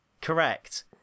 Correct